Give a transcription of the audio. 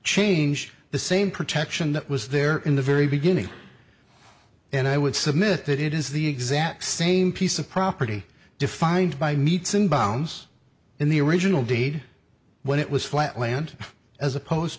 change the same protection that was there in the very beginning and i would submit that it is the exact same piece of property defined by meets and bounds in the original deed when it was flat land as opposed